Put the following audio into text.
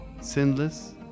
sinless